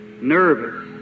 nervous